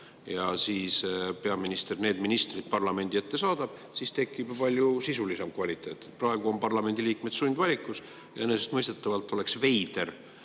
ja siis peaminister need ministrid parlamendi ette saadab, siis tekib ju palju sisulisem kvaliteet. Praegu on parlamendi liikmed sundvalikus. Enesestmõistetavalt oleks veider